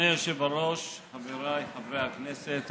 אדוני היושב בראש, חבריי חברי הכנסת,